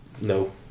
No